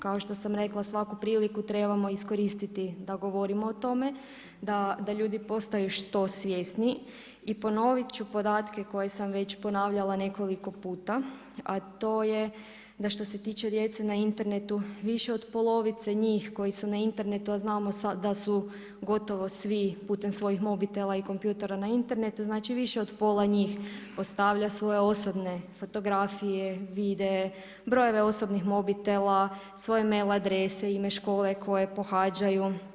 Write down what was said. Kao što sam rekla svaku priliku trebamo iskoristiti da govorimo o tome, da ljudi postaju što svjesniji i ponovit ću podatke koje sam već ponavljala nekoliko puta a to je da što se tiče djece na internetu više od polovice njih koji su na internetu a znamo da su gotovo svi putem svojih mobitela i kompjutera na internetu, znači više od pola njih stavlja svoje osobne fotografije, video, brojeve osobnih mobitela, svoje e-mail adrese, škole koje pohađaju.